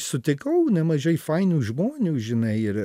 sutikau nemažai fainų žmonių žinai ir